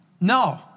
No